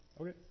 Okay